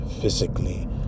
physically